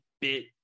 bit